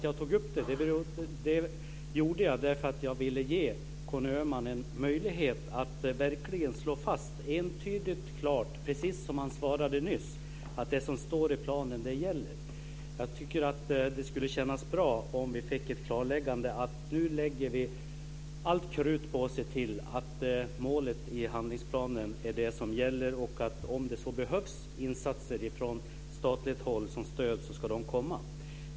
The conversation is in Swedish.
Jag tog upp det därför att jag ville ge Conny Öhman en möjlighet att verkligen slå fast entydigt och klart, precis som han svarade nyss, att det som står i planen gäller. Jag tycker att det skulle kännas bra om vi fick ett klarläggande om att vi nu lägger allt krut på att se till att målet i handlingsplanen är det som gäller och att det, om det behövs insatser från statligt håll som stöd, ska komma sådana.